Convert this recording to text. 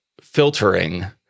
filtering